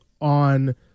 on